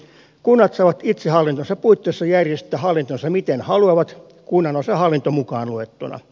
kunnat saavat itsehallintonsa puitteissa järjestää hallintonsa miten haluavat kunnanosahallinto mukaan luettuna